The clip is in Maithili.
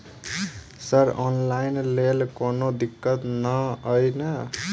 सर ऑनलाइन लैल कोनो दिक्कत न ई नै?